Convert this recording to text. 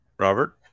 Robert